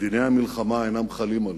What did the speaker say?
שדיני המלחמה אינם חלים עליהם.